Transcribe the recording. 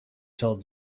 told